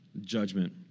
judgment